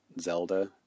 Zelda